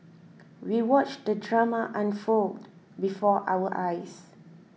we watched the drama unfold before our eyes